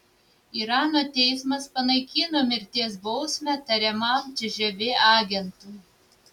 irano teismas panaikino mirties bausmę tariamam cžv agentui